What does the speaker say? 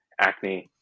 acne